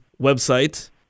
website